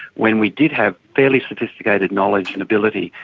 when we did have fairly sophisticated knowledge and ability,